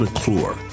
McClure